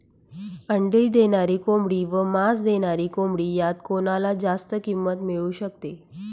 अंडी देणारी कोंबडी व मांस देणारी कोंबडी यात कोणाला जास्त किंमत मिळू शकते?